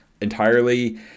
entirely